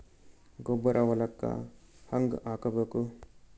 ಗೊಬ್ಬರ ಹೊಲಕ್ಕ ಹಂಗ್ ಹಾಕಬೇಕು?